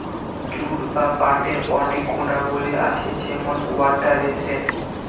jute বা পাটের অনেক গুণাবলী আছে যেমন ওয়াটার রেসিস্টেন্ট